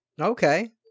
Okay